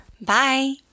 bye